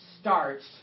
starts